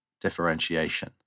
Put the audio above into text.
differentiation